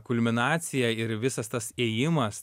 kulminaciją ir visas tas ėjimas